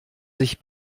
sich